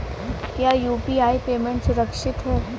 क्या UPI payment सुरक्षित है?